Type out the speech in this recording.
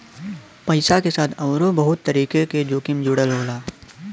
पइसा के साथ आउरो बहुत तरीके क जोखिम जुड़ल होला